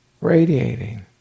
radiating